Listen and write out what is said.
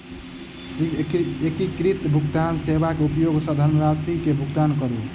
शीघ्र एकीकृत भुगतान सेवा के उपयोग सॅ धनरशि के भुगतान करू